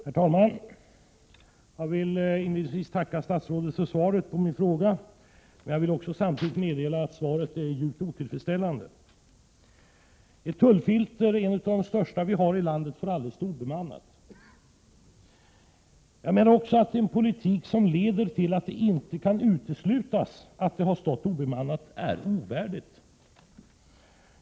Herr talman! Jag vill inledningsvis tacka statsrådet för svaret på min fråga, men jag vill samtidigt meddela att svaret är djupt otillfredsställande. Ett tullfilter — ett av de största i landet — får aldrig stå obemannat. Jag anser att den politik som leder till att det inte kan uteslutas att ett tullfilter har stått obemannat är ovärdig.